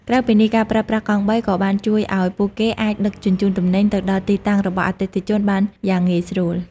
ក្រៅពីនេះ ការប្រើប្រាស់កង់បីក៏បានជួយឱ្យពួកគេអាចដឹកជញ្ជូនទំនិញទៅដល់ទីតាំងរបស់អតិថិជនបានយ៉ាងងាយស្រួល។